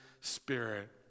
spirit